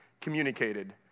communicated